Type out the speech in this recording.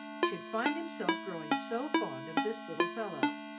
should find himself growing so fond of this little fellow,